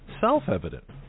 self-evident